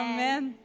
Amen